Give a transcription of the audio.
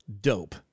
Dope